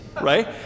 right